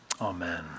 amen